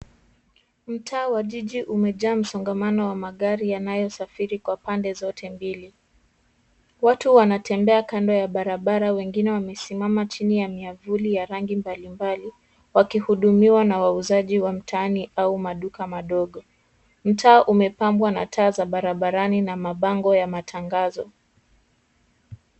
Mtaa wa jiji umejaa msongamano wa magari yanayo safiri kwa pande zote mbili. Watu wanatembea kando ya barabara, wengine wamesimama chini ya miavuli ya rangi mbalimbali wakihudumiwa na wauzaji wa mtaani au maduka madogo. Mtaa umepambwa na taa za barabarani na mabango ya matangazo.